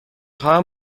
خواهم